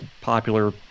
popular